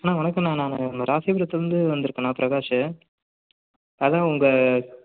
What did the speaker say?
அண்ணா வணக்கங்ண்ணா நான் ராசிபுரத்திலிருந்து வந்திருக்கண்ணா பிரகாஷ் அதுதான் உங்கள்